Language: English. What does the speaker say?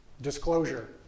Disclosure